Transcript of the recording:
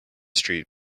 street